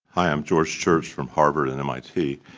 i'm george church from harvard and mit.